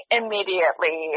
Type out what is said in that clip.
immediately